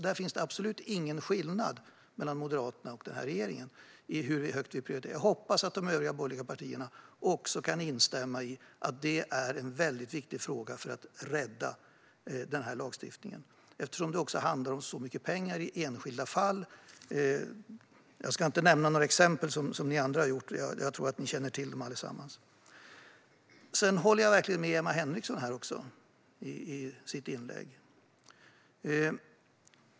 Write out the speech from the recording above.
Där finns det absolut ingen skillnad mellan Moderaterna och regeringen i hur högt vi prioriterar det. Jag hoppas att de övriga borgerliga partierna också kan instämma i att det är en väldigt viktig fråga för att rädda lagstiftningen. Det handlar om mycket pengar i enskilda fall. Jag ska inte nämna några exempel, som ni andra har gjort. Jag tror att ni känner till dem allesamman. Jag håller verkligen med om vad Emma Henriksson sa i sitt inlägg.